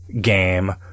game